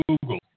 Google